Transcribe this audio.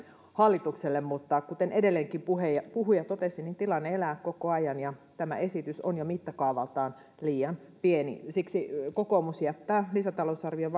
hallitukselle mutta kuten edellinenkin puhuja puhuja totesi niin tilanne elää koko ajan ja tämä esitys on jo mittakaavaltaan liian pieni siksi kokoomus jättää lisätalousarvion